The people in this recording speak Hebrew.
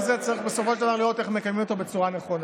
צריך לראות איך בסופו של דבר מקיימים את האיזון הזה בצורה נכונה.